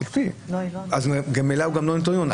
ממילא הוא גם לא נוטריון.